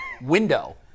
window